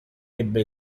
ebbe